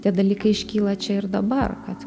tie dalykai iškyla čia ir dabar kad